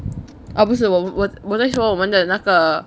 err 不是我我我在说我们的那个